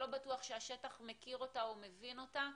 לא בטוח שהשטח מכיר אותה או מבין אותה,